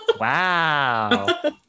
Wow